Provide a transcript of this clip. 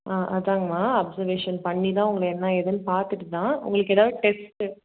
ஆ அதாங்கமா அப்சர்வேஷன் பண்ணி தான் உங்களை என்ன ஏதுன்னு பார்த்துட்டு தான் உங்களுக்கு ஏதாவது டெஸ்ட்டு